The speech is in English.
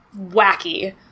wacky